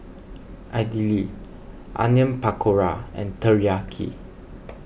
Idili Onion Pakora and Teriyaki